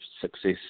success